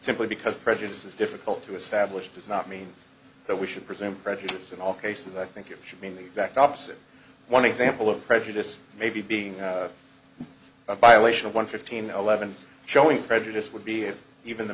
simply because prejudice is difficult to establish does not mean that we should presume prejudice in all cases i think it should mean the exact opposite one example of prejudice maybe being a violation of one fifteen eleven showing prejudice would be if even the